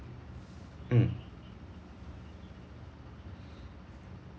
mm